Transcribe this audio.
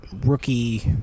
rookie